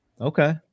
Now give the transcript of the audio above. okay